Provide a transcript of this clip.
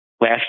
last